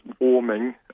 warming